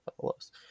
fellows